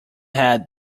head